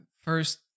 first